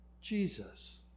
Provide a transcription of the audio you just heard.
Jesus